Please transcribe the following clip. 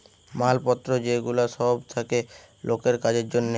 মাল পত্র যে গুলা সব থাকে লোকের কাজের জন্যে